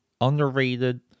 Underrated